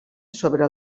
sobre